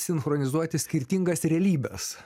sinchronizuoti skirtingas realybes